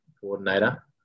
coordinator